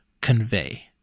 convey